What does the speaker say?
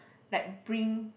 like bring